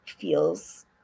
feels